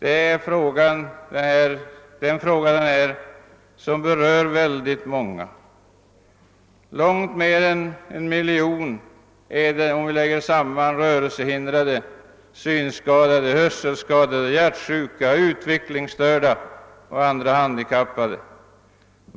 Detta är en fråga som berör oerhört många människor, långt över en miljon om vi räknar samman rörelsehind-, rade, synskadade, hjärtsjuka, hörselskadade, utvecklingsstörda och andra handikappade.